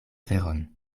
veron